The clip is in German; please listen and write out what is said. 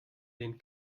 den